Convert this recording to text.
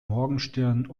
morgenstern